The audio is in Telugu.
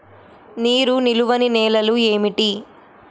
నీరు నిలువని నేలలు ఏమిటి?